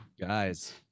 guys